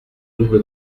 double